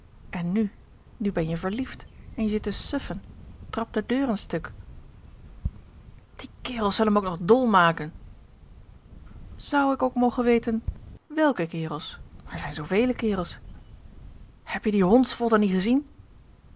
en nu nu ben je verliefd en je zit te suffen trapt de deuren stuk die kerels zullen me ook nog dol maken zou ik ook mogen weten welke kerels er zijn zoovele kerels heb je die hondsvotten niet gezien